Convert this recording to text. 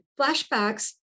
flashbacks